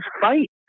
fight